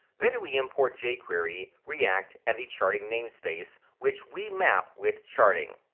then we import jquery, react and the charting namespace, which we map with charting.